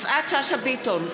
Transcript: יפעת שאשא ביטון,